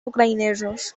ucraïnesos